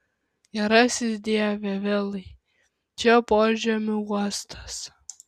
gerasis dieve vilai čia požemių uostas